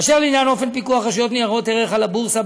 אשר לעניין אופן פיקוח רשות ניירות ערך על הבורסה,